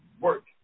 work